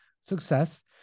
success